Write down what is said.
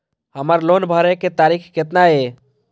हमर लोन भरे के तारीख केतना ये?